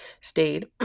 stayed